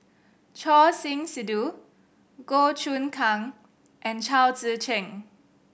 Choor Singh Sidhu Goh Choon Kang and Chao Tzee Cheng